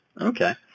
Okay